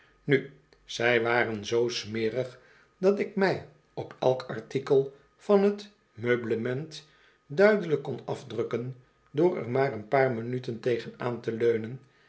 nu zij waren zoo smerig dat ik mij op elk artikel van t meublement duidelijk kon afdrukken door er maar een paar minuten tegen aan te leunen